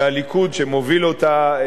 והליכוד שמוביל אותה,